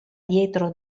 dietro